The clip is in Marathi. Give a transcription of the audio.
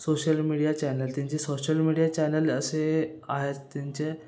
सोशल मीडिया चॅनल त्यांचे सोशल मीडिया चॅनल असे आहेत त्यांचे